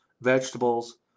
vegetables